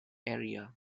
area